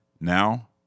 Now